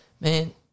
Man